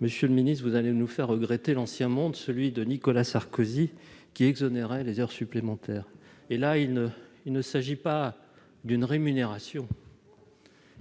Monsieur le ministre, vous allez nous faire regretter l'ancien monde, celui où Nicolas Sarkozy exonérait les heures supplémentaires ! Il ne s'agit pas là d'une rémunération.